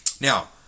Now